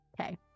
Okay